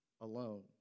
alone